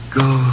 go